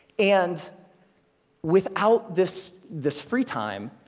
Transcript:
and without this this free time,